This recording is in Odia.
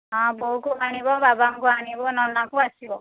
ହଁ ବୋଉଙ୍କୁ ଆଣିବ ବାବାଙ୍କୁ ଆଣିବ ନନାଙ୍କୁ ଆସିବ